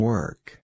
Work